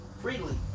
freely